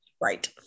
Right